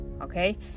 okay